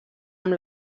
amb